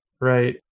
Right